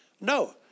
No